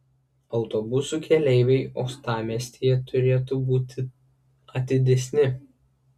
autobusų keleiviai uostamiestyje turėtų būti atidesni